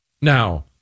Now